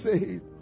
saved